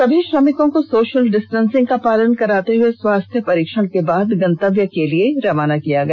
सभी श्रमिकों को सोशल डिस्टेंसिंग का पालन कराते हुए स्वास्थ्य परीक्षण के बाद गंतव्य स्थल के लिए रवाना किया गया